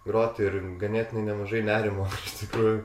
grot ir ganėtinai nemažai nerimo iš tikrųjų